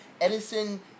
Edison